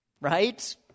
right